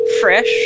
Fresh